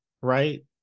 right